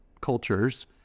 cultures